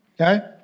Okay